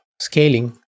scaling